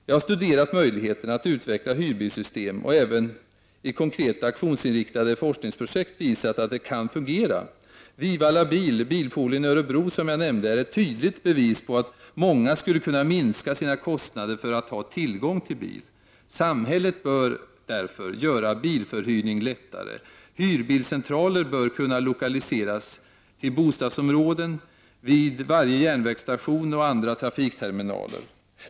Jag har studerat möjligheterna att utveckla hyrbilssystem och även i konkreta aktionsinriktade forskningsprojekt visat att det kan fungera. Vivalla Bil, bilpoolen i Örebro som jag nyss nämnt, är ett tydligt bevis på att många skulle kunna minska sina kostnader för att ha tillgång till bil. Samhället bör därför underlätta verksamheten med bilförhyrning. Hyrbilscentraler bör kunna lokaliseras till bostadsområden. Sådana bör också finnas vid varje järnvägsstation och andra trafikterminaler.